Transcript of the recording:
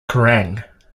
kerrang